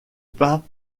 pas